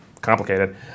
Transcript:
complicated